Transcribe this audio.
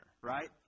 right